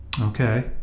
Okay